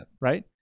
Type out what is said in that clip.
Right